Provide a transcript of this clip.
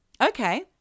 Okay